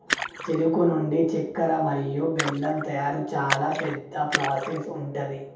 చెరుకు నుండి చెక్కర మరియు బెల్లం తయారీ చాలా పెద్ద ప్రాసెస్ ఉంటది